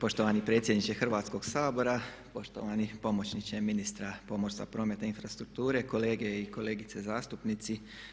Poštovani predsjedniče Hrvatskoga sabora, poštovani pomoćniče ministra pomorstva, prometa i infrastrukture, kolege i kolegice zastupnici.